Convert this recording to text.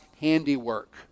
handiwork